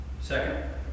Second